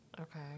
Okay